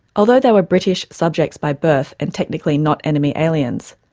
although they were british subjects by birth and technically not enemy aliens,